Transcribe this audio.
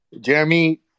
Jeremy